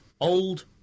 old